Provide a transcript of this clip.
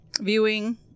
viewing